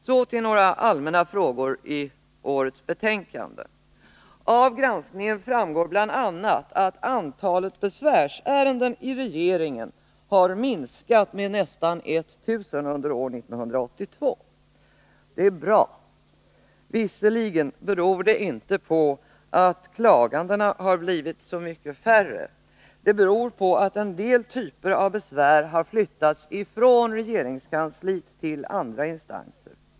Så till några allmänna frågor i årets betänkande. Av granskningen framgår bl.a. att antalet besvärsärenden i regeringen har minskat med nästan 1 000 under 1982. Det är bra. Visserligen beror det inte på att klagandena har blivit så mycket färre, det beror på att en del typer av besvär har flyttats från regeringskansliet till andra instanser.